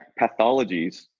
pathologies